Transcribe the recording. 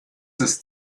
ist